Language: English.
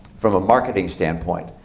from a marketing standpoint,